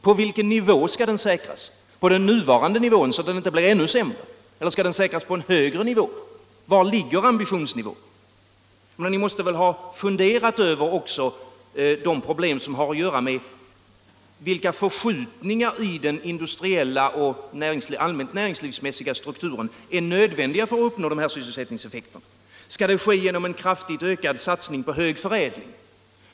På vilken nivå skall sysselsättningen säkras — på den nuvarande nivån så att den inte blir ännu sämre, eller på en högre nivå? Var ligger ambitionsnivån? Ni måste väl ha funderat över vilka förskjutningar i den industriella och allmänt näringslivsmässiga strukturen som är nödvändiga för att uppnå dessa sysselsättningseffekter. Skall det ske en kraftigt ökad satsning på hög förädling?